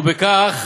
ובכך